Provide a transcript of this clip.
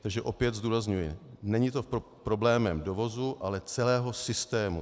Takže opět zdůrazňuji, není to problémem dovozu, ale celého systému.